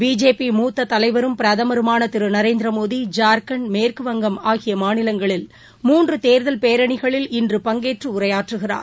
BJP மூத்ததலைவரும் பிரதமருமானதிருநரேந்திரமோடி ஜார்க்கண்ட் மேற்கு வங்கம் ஆகியமாநிலங்களில் மூன்றுதேர்தல் பேரணிகளில் இன்று பங்கேற்றுஉரையாற்றுகிறார்